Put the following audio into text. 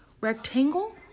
rectangle